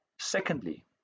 secondly